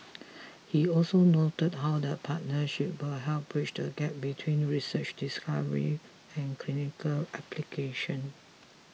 he also noted how the partnership will help bridge the gap between research discovery and clinical application